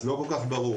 אז לא כל כך ברור.